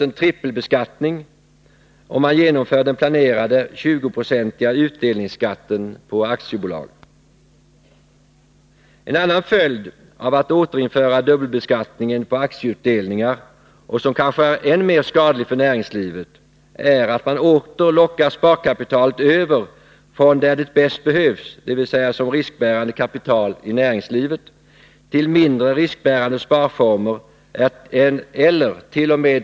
en trippelbeskattning, om man genomför den planerade 20-procentiga utdelningsskatten på aktiebolag. En annan följd av att återinföra dubbelbeskattningen på aktieutdelningar, som kanske är än mera skadlig för näringslivet, är att man åter lockar sparkapitalet över från det område där det bäst behövs, dvs. som riskbärande kapital i näringslivet, till mindre riskbärande sparformer ellert.o.m.